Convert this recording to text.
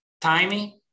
timing